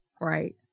Right